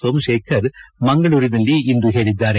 ಸೋಮಶೇಖರ್ ಮಂಗಳೂರಿನಲ್ಲಿಂದು ಹೇಳಿದ್ದಾರೆ